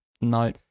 No